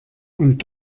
und